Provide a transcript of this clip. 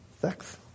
sex